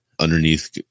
underneath